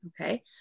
okay